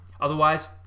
Otherwise